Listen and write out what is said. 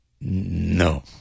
No